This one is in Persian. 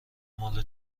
مال